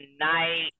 tonight